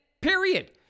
Period